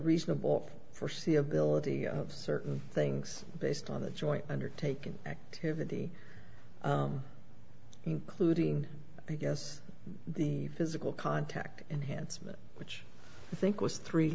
reasonable for sea ability of certain things based on a joint undertaking activity including i guess the physical contact enhancement which i think was three